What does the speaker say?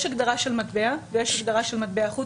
יש הגדרה של "מטבע" ויש הגדרה של "מטבע חוץ",